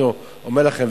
אני אומר לכם,